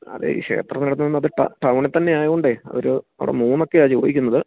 അതെ ഈ ക്ഷേത്രത്തിനടുത്ത് അത് ടൗണിൽ തന്നെ ആയതുകൊണ്ടെ അതൊരു അവിടെ മൂന്നൊക്കെയാ ചോദിക്കുന്നത്